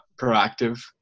proactive